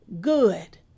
good